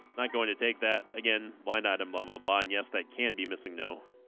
not going to take that again why not in blah blah blah and yes that can be missing no